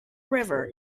river